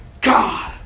God